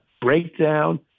breakdown